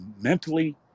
mentally